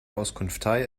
auskunftei